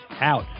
out